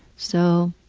so